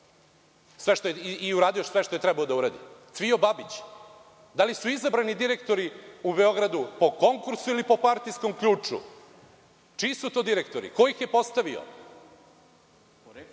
i uradio sve što je trebao da uradi? Cvijo Babić, da li su izabrani direktori u Beogradu po konkursu, ili po partijskom ključu? Čiji su to direktori? Ko ih je postavio?